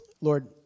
Lord